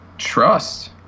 trust